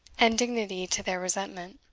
and dignity to their resentment.